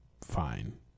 fine